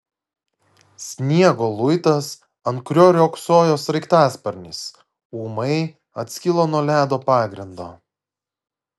sniego luitas ant kurio riogsojo sraigtasparnis ūmai atskilo nuo ledo pagrindo